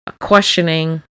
questioning